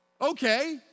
Okay